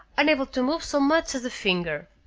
unable to move so much as a finger.